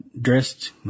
dressed